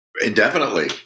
indefinitely